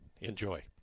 Enjoy